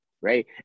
right